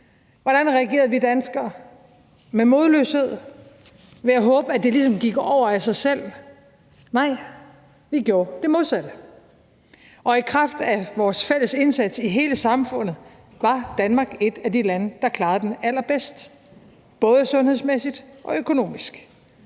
Hvordan reagerede vi danskere? Var det med modløshed, ved at håbe, at det ligesom gik over af sig selv? Nej, vi gjorde det modsatte, og i kraft af vores fælles indsats i hele samfundet var Danmark et af de lande, der klarede den allerbedst, både sundhedsmæssigt og økonomisk.